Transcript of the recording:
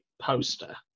poster